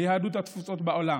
ליהדות התפוצות בעולם,